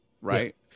right